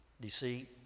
deceit